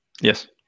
Yes